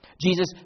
Jesus